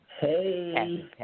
Hey